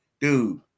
dude